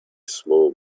small